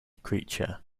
creature